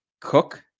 cook